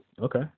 Okay